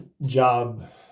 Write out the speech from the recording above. job